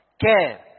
Care